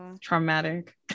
traumatic